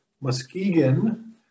Muskegon